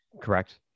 Correct